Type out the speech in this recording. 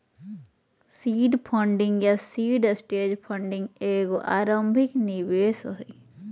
seed funding या seed stage funding एगो आरंभिक निवेश हइ